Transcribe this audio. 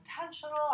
intentional